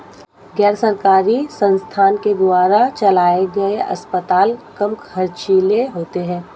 गैर सरकारी संस्थान के द्वारा चलाये गए अस्पताल कम ख़र्चीले होते हैं